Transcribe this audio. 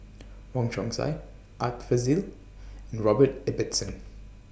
Wong Chong Sai Art Fazil and Robert Ibbetson